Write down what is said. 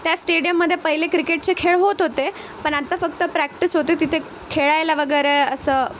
त्या स्टेडियममध्ये पहिले क्रिकेटचे खेळ होत होते पण आत्ता फक्त प्रॅक्टिस होते तिथे खेळायला वगैरे असं